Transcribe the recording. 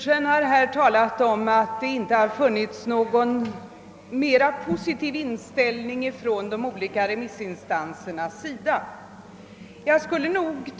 s inställning.